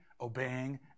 obeying